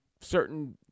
certain